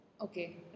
Okay